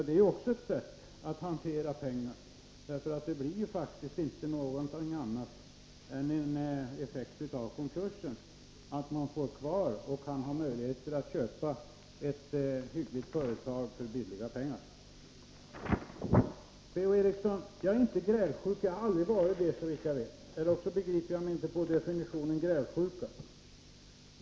Det är också ett sätt att hantera pengar, för det blir faktiskt inte någon annan effekt av konkursen än att privata intressen får möjlighet att köpa ett hyggligt företag för en blygsam penning. Till Per-Ola Eriksson vill jag säga att jag inte är grälsjuk. Jag har aldrig varit det, såvitt jag vet, eller också begriper jag mig inte på definitionen av grälsjuka.